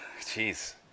jeez